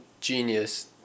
genius